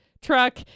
truck